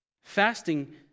Fasting